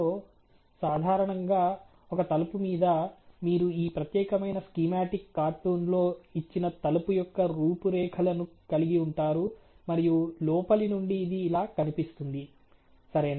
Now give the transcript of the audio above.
సాధారణంగా ఒక తలుపు మీద మీరు ఈ ప్రత్యేకమైన స్కీమాటిక్ కార్టూన్ లో ఇచ్చిన తలుపు యొక్క రూపురేఖలను కలిగి ఉంటారు మరియు లోపలి నుండి ఇది ఇలా కనిపిస్తుంది సరేనా